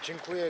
Dziękuję.